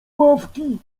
ławki